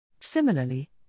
Similarly